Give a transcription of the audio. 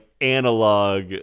analog